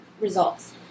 results